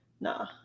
nah